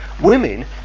women